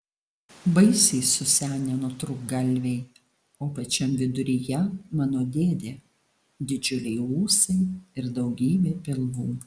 baisiai susenę nutrūktgalviai o pačiam viduryje mano dėdė didžiuliai ūsai ir daugybė pilvų